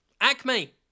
Acme